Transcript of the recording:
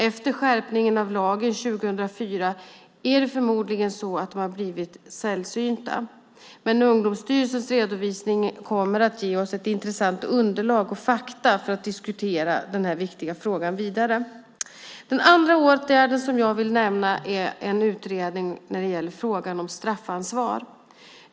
Efter skärpningen av lagen 2004 är det förmodligen så att de har blivit sällsynta. Ungdomsstyrelsens redovisning kommer att ge oss ett intressant underlag för att diskutera den här viktiga frågan vidare. Den andra åtgärden jag vill nämna är en utredning av frågan om straffansvar.